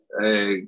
Hey